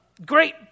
Great